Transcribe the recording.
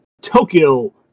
Tokyo